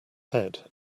head